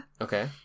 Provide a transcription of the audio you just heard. Okay